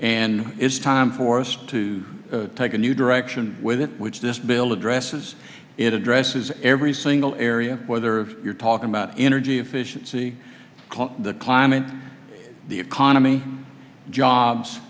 and it's time for us to take a new direction with it which this bill addresses it addresses every single area whether you're talking about energy efficiency the climate the economy jobs